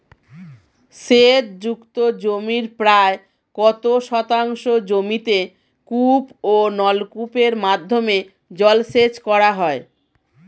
সেচ যুক্ত জমির প্রায় কত শতাংশ জমিতে কূপ ও নলকূপের মাধ্যমে জলসেচ করা হয়?